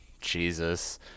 Jesus